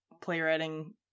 playwriting